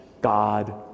God